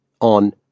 on